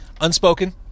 Unspoken